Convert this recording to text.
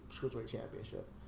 championship